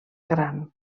gran